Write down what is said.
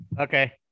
Okay